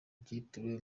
byitiriwe